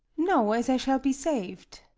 no, as i shall be sav'd.